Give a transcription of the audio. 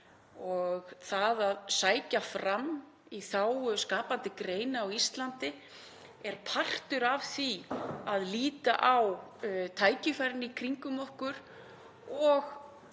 og það að sækja fram í þágu skapandi greina á Íslandi er partur af því að líta á tækifærin í kringum okkur